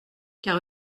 car